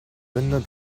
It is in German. winde